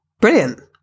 brilliant